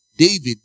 david